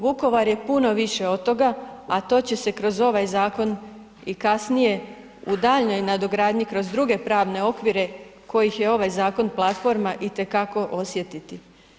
Vukovar je puno više od toga a to će se kroz zakon i kasnije u daljnjoj nadogradnji kroz druge pravne okvire kojih je ovaj zakon platforma, itekako osjetiti.